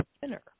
thinner